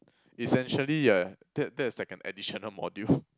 essentially yeah that that is like an additional module